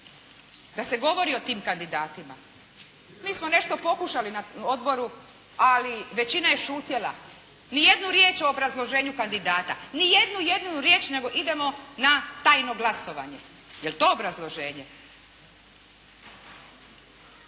da se govori o tim kandidatima. Mi smo nešto pokušali na odboru, ali većina je šutjela, niti jednu riječ o obrazloženju kandidata, niti jednu jedinu riječ nego idemo na tajno glasovanje. Je li to obrazloženje?